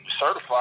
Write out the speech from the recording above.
certified